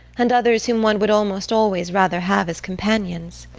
and others whom one would almost always rather have as companions.